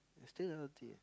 still healthy